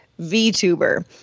VTuber